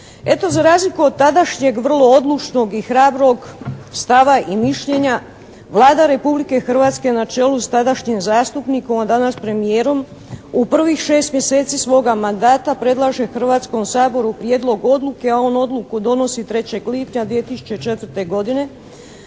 Eto, za razliku od tadašnjeg vrlo odlučnog i hrabrog stava i mišljenja Vlada Republike Hrvatske na čelu sa tadašnjim zastupnikom a danas premijerom u prvih šest mjeseci svoga mandata predlaže Hrvatskom saboru prijedlog odluke a on odluku donosi 3. lipnja 2004. godine,